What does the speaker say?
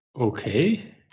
okay